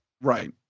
right